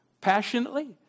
Passionately